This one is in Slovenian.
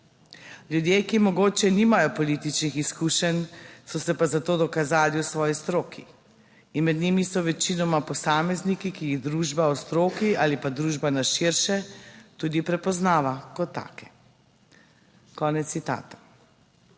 Ljudje, ki mogoče nimajo političnih izkušenj so se pa za to dokazali v svoji stroki in med njimi so večinoma posamezniki, ki jih družba v stroki ali pa družba na širše tudi prepoznava kot take." Konec citata.